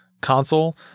console